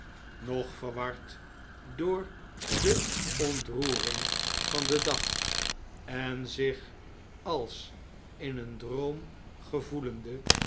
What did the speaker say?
nog verward door de ontroering van den dag en zich als in een droom gevoelende